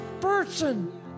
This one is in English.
person